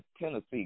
Tennessee